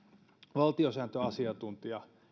valtiosääntöasiantuntija